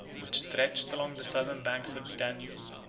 which stretched along the southern banks of the danube,